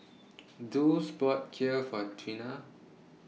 Dulce bought Kheer For Trena